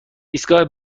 ایستگاه